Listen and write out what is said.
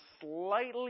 slightly